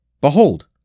Behold